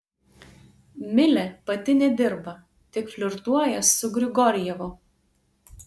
milė pati nedirba tik flirtuoja su grigorjevu